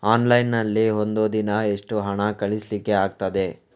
Online ನಲ್ಲಿ ಒಂದು ದಿನ ಎಷ್ಟು ಹಣ ಕಳಿಸ್ಲಿಕ್ಕೆ ಆಗ್ತದೆ?